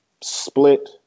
split